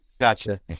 Gotcha